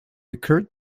occurred